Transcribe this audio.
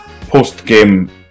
post-game